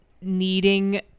needing